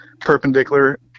perpendicular